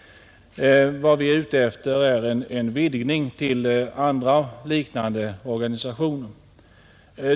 Vad vi vill är en vidgning till andra liknande organisationer.